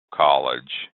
college